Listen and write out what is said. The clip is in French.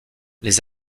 les